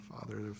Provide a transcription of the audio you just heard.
Father